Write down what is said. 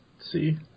See